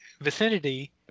vicinity